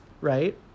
Right